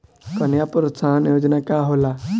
कन्या प्रोत्साहन योजना का होला?